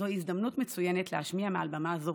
זאת הזדמנות מצוינת להשמיע מעל במה זו